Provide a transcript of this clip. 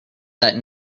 that